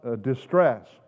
distress